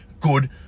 good